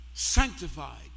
Sanctified